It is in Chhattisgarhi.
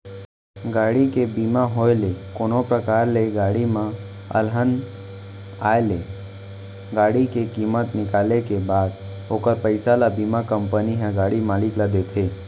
गाड़ी के बीमा होय ले कोनो परकार ले गाड़ी म अलहन आय ले गाड़ी के कीमत निकाले के बाद ओखर पइसा ल बीमा कंपनी ह गाड़ी मालिक ल देथे